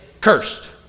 cursed